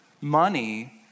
Money